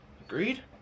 Agreed